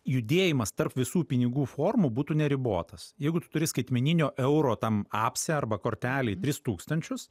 judėjimas tarp visų pinigų formų būtų neribotas jeigu tu turi skaitmeninio euro tam apse arba kortelėj tris tūkstančius